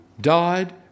died